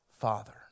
Father